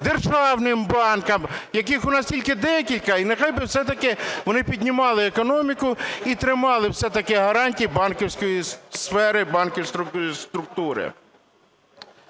державним банкам, яких у нас тільки декілька, і нехай би все-таки вони піднімали економіку і тримали все-таки гарантії банківської сфери, банківської структури.